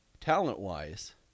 talent-wise